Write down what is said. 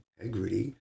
integrity